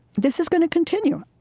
this is going to continue